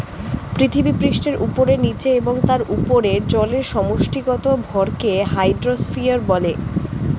পৃথিবীপৃষ্ঠের উপরে, নীচে এবং তার উপরে জলের সমষ্টিগত ভরকে হাইড্রোস্ফিয়ার বলে